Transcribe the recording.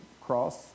cross